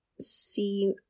see